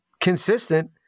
consistent